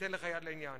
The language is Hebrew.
ניתן לך יד בעניין.